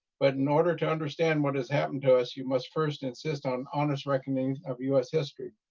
but in order to understand what is happened to us you must first insist on honest reckoning of u s. history,